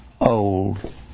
old